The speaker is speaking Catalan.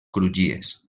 crugies